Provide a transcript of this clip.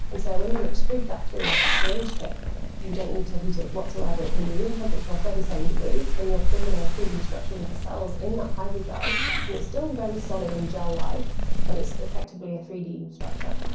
and so when you extrude that through a syringe tip you don't need to heat it whatsoever. it can be room temperature or thirty seven degrees and you are creating a three d structure with the cells in that hydrogel and it's still very solid and gel-like but it's effectively a three d structure.